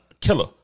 killer